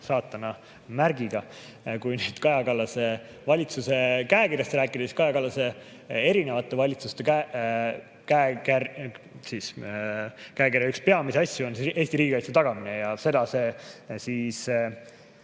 saatana märgiga. Kui Kaja Kallase valitsuse käekirjast rääkida, siis Kaja Kallase erinevate valitsuste käekirjas on üks peamisi asju Eesti riigikaitse tagamine ja seda see